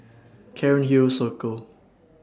Cairnhill Circle